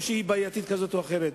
או שהיא בעייתית בדרך כזאת או אחרת.